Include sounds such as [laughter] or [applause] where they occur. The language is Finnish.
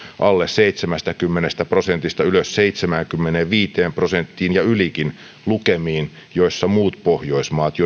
alle seitsemästäkymmenestä prosentista ylös seitsemäänkymmeneenviiteen prosenttiin ja ylikin lukemiin joissa muut pohjoismaat [unintelligible]